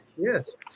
Yes